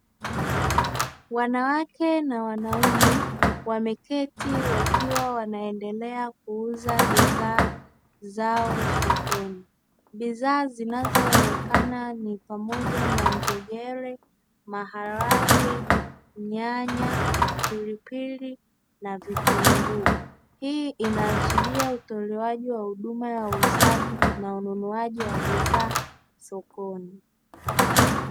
Wanawake na wanaume wameketi wakiwa wanaendelea kuuza bidhaa zao sokoni. Bidhaa zinazoonekana ni pamoja na: njegere, maharage, nyanya, pilipili na vitunguu. Hii inaashiria utolewaji wa huduma ya uuzaji na ununuaji wa bidhaa sokoni.